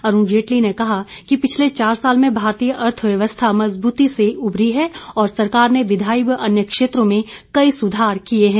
अरूण जेतली ने कहा कि पिछले चार साल में भारतीय अर्थव्यवस्था मजबूती से उमरी है और सरकार ने विघायी व अन्य क्षेत्रों में कई सुधार किए हैं